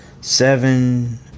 seven